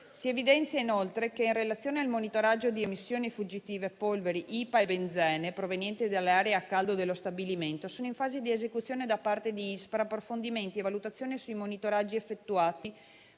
Si evidenzia inoltre che, in relazione al monitoraggio di emissioni fuggitive, polveri, idrocarburi policiclici aromatici (IPA) e benzene provenienti dalle aree a caldo dello stabilimento, sono in fase di esecuzione da parte di ISPRA approfondimenti e valutazioni sui monitoraggi effettuati